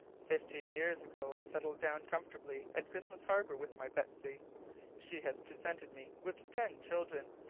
fifteen years ago i settled down comfortably at christmas harbour with my betsy she has presented me with ten children,